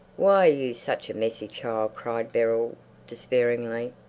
why are you such a messy child! cried beryl despairingly.